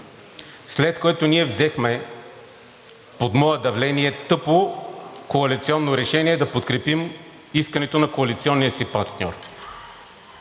след което ние взехме под мое давление – тъпо, коалиционно решение да подкрепим искането на коалиционния си партньор